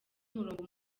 umurongo